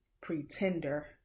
pretender